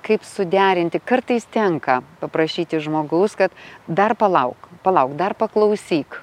kaip suderinti kartais tenka paprašyti žmogaus kad dar palauk palauk dar paklausyk